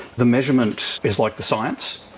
the measurement is like the science,